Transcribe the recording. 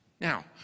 Now